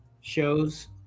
shows